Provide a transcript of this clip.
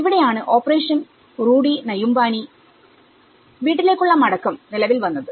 ഇവിടെയാണ് ഓപ്പറേഷൻ റൂഡി നയുമ്പാനി വീട്ടിലേക്കുള്ള മടക്കം നിലവിൽ വന്നത്